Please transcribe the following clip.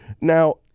now